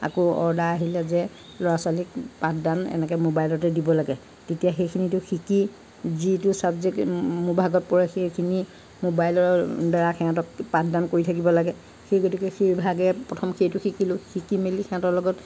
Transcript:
অকৌ অৰ্ডাৰ আহিলে যে ল'ৰা ছোৱালীক পাঠদান এনেকৈ ম'বাইলতে দিব লাগে তেতিয়া সেইখিনিটো শিকি যিটো ছাবজেক্ট মোৰ ভাগত পৰে সেইখিনি ম'বাইলৰ দ্বাৰা সিহঁতক পাঠদান কৰি থাকিব লাগে সেই গতিকে সেই ভাগে প্ৰথম সেইটো শিকিলোঁ শিকি মেলি সিহঁতৰ লগত